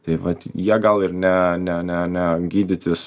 tai vat jie gal ir ne ne ne ne gydytis